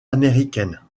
américaine